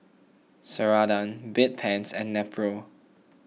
Ceradan Bedpans and Nepro